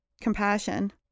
Compassion